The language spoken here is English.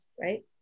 right